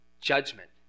judgment